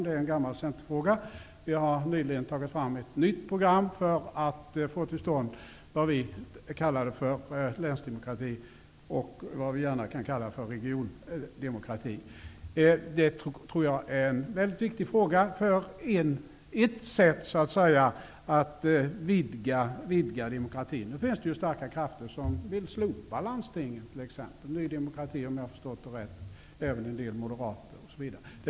Det här är en gammal centerfråga. Vi har nyligen tagit fram ett nytt program för att få till stånd vad vi kallar länsdemokrati och som gärna kan kallas regiondemokrati. Jag tror att detta är en väldigt viktig fråga och ett sätt att vidga demokratin. Men det finns starka krafter som vill slopa landstinget -- t.ex. Ny demokrati, om jag förstått saken rätt. Det gäller också en del moderater.